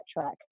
track